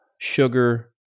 sugar